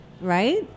right